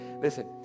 Listen